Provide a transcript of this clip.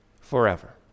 forever